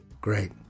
great